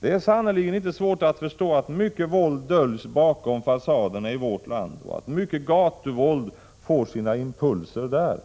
Det är sannerligen inte svårt att förstå att mycket våld döljs bakom fasaderna i vårt land och att mycket gatuvåld får sina impulser där.